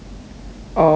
orh